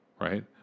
Right